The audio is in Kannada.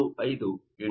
ಅದು 0